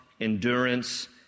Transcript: endurance